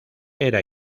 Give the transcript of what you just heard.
era